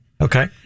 Okay